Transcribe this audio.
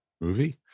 movie